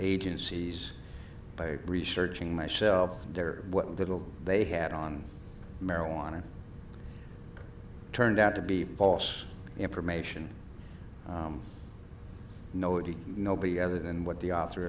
agencies by researching myself there what little they had on marijuana turned out to be false information no it did nobody other than what the author